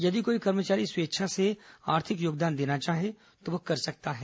यदि कोई कर्मचारी स्वेच्छा से आर्थिक योगदान देना चाहे तो वह कर सकता है